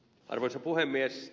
arvoisa puhemies